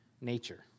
nature